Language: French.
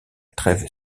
trêve